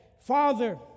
Father